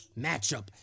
matchup